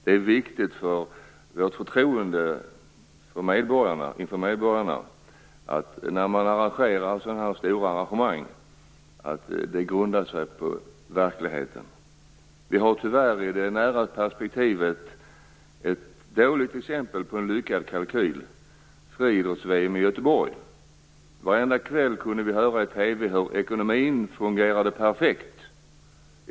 Det är viktigt för medborgarnas förtroende att arrangemang av stora evenemang av detta slag grundar sig på verkligheten. Vi har, tyvärr, i det nära perspektivet ett dåligt exempel på en lyckad kalkyl, nämligen friidrotts-VM i Göteborg. Varenda kväll kunde vi höra i TV hur ekonomin fungerade perfekt.